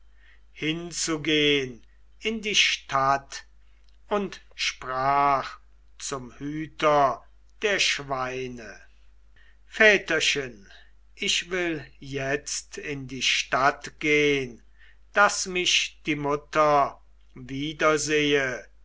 hinzugehn in die stadt und sprach zum hüter der schweine väterchen ich will jetzt in die stadt gehn daß mich die mutter wiedersehe